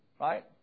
Right